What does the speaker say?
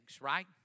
right